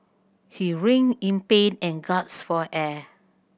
he writhed in pain and gasped for air